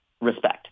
respect